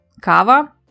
Kava